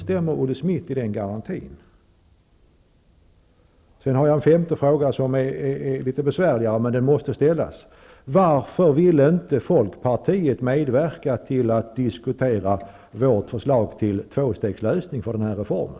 För det femte en fråga som är litet besvärligare, men som måste ställas: Varför ville inte folkpartiet medverka till att diskutera vårt förslag till tvåstegslösning för den här reformen?